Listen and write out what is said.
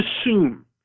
assume